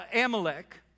Amalek